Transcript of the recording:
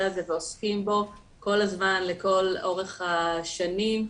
הזה ועוסקים בו כל הזמן לכל אורך השנים.